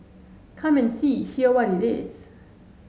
come and see hear what it is